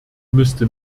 müsste